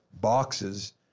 Boxes